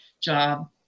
job